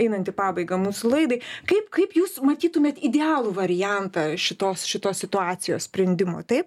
einant į pabaigą mūsų laidai kaip kaip jūs matytumėt idealų variantą šitos šitos situacijos sprendimo taip